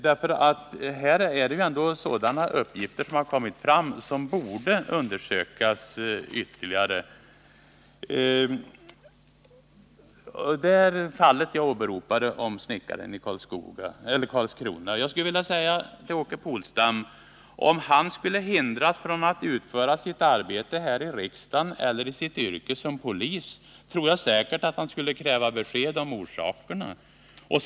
Här har det kommit fram uppgifter som borde undersökas ytterligare. När det gäller fallet med snickaren i Karlskrona tror jag säkert att Åke Polstam, om han skulle hindras från att utföra sitt arbete här i riksdagen eller sitt yrke som polisman, skulle kräva ett besked om orsakerna.